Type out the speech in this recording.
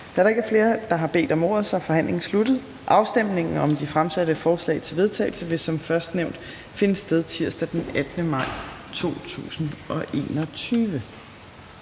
Da der ikke er flere, der har bedt om ordet, er forhandlingen sluttet. Afstemningen om de fremsatte forslag til vedtagelse vil som først nævnt finde sted tirsdag den 18. maj 2021.